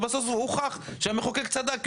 ובסוף הוכח שהמחוקק צדק,